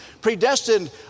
predestined